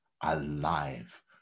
alive